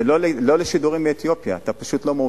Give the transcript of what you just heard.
לא לשידורים מאתיופיה, אתה פשוט לא מעודכן,